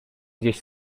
gdzieś